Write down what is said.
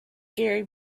gary